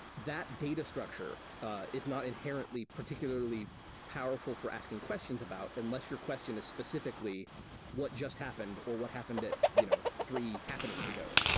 that data structure ah is not inherently particularly powerful for asking questions about unless your question is specifically what just happened or what happened at you know three happenings ago.